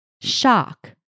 shock